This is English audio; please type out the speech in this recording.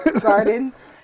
Gardens